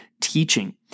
teaching